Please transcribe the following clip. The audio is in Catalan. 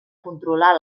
controlar